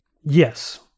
Yes